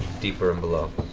deeper and below.